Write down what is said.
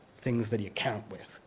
things that you count with.